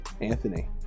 Anthony